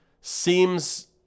seems